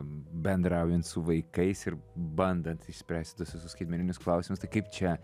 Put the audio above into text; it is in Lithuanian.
bendraujant su vaikais ir bandant išspręst tuos visus skaitmeninius klausimus tai kaip čia